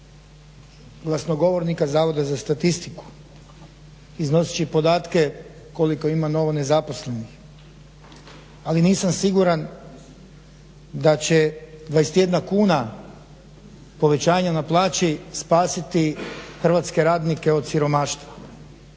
glasnogovornika Zavoda za statistiku iznoseći podatke koliko ima novo nezaposlenih. Ali nisam siguran da će 21 kuna povećanja na plaći spasiti hrvatske radnike od siromaštva.